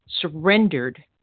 surrendered